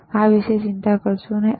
તેથી આ વિશે ચિંતા કરશો નહીં